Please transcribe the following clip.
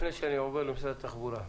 לפני שאני עובר למשרד התחבורה,